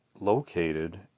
located